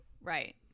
right